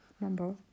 number